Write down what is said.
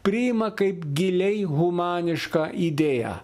priima kaip giliai humanišką idėją